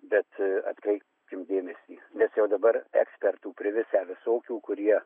bet atkreipkim dėmesį nes jau dabar ekspertų privisę visokių kurie